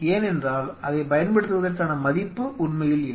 ஏன் என்றால் அதை பயன்படுத்துவதற்கான மதிப்பு உண்மையில் இல்லை